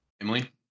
Emily